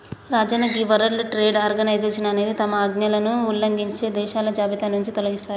రాజన్న గీ world trade organisation అనేది తమ ఆజ్ఞలను ఉల్లంఘించే దేశాల జాబితా నుంచి తొలగిస్తారట